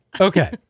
Okay